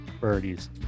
birdies